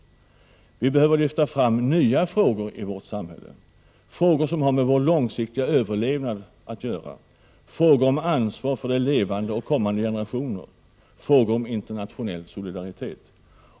Vi behöver lyfta fram nya frågor i vårt samhälle: frågor som har med vår långsiktiga överlevnad att göra, frågor om ansvar för det levande och kommande generationer, frågor om internationell solidaritet.